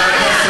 שאני נגד כל,